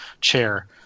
chair